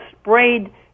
sprayed